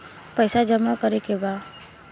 पैसा जमा करे के बा?